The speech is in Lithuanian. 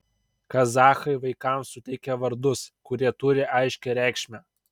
kazachai vaikams suteikia vardus kurie turi aiškią reikšmę